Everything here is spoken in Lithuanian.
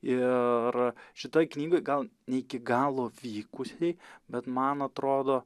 ir šitoj knygoj gal ne iki galo vykusiai bet man atrodo